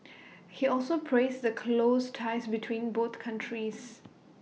he also praised the close ties between both countries